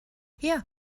hier